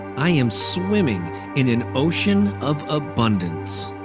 i am swimming in an ocean of abundance.